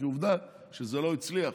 כי עובדה שזה לא הצליח.